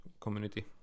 community